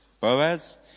Boaz